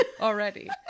Already